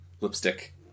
lipstick